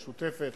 משותפת,